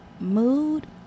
Mood